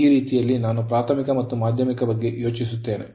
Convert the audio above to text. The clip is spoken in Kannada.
ಮತ್ತು ಈ ರೀತಿಯಲ್ಲಿ ನಾನು ಪ್ರಾಥಮಿಕ ಮತ್ತು ಮಾಧ್ಯಮಿಕ ಬಗ್ಗೆ ಯೋಚಿಸುತ್ತೇನೆ